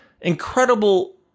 incredible